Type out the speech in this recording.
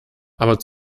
aber